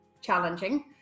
challenging